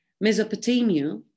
Mesopotamia